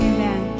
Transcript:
Amen